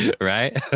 Right